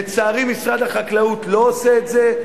לצערי, משרד החקלאות לא עושה את זה.